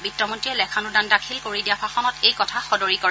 বিত্তমন্তীয়ে লেখানুদান দাখিল কৰি দিয়া ভাষণত এই কথা সদৰী কৰে